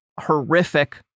horrific